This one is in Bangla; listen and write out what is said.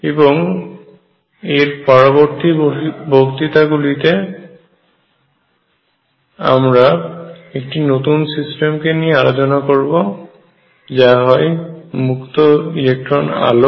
এবং এর পরবর্তী বক্তৃতা গুলিতে আমরা একটি নতুন সিস্টেম কে নিয়ে আলোচনা করবো যা হয় মুক্ত ইলেকট্রন আলো